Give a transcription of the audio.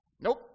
Nope